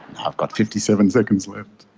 have got fifty seven seconds left!